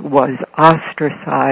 was ostracized